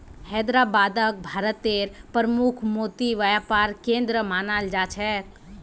हैदराबादक भारतेर प्रमुख मोती व्यापार केंद्र मानाल जा छेक